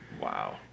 wow